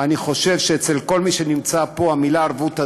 אני חושב שאצל כל מי שנמצא פה המילה ערבות הדדית,